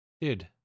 dude